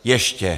Ještě.